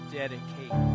dedicate